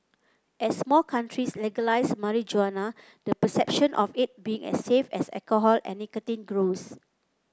as more countries legalise marijuana the perception of it being as safe as alcohol and nicotine grows